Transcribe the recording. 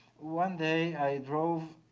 one day i drove